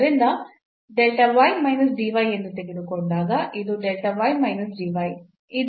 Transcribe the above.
ಆದ್ದರಿಂದ ಎಂದು ತೆಗೆದುಕೊಂಡಾಗ ಇದು